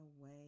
away